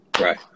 Right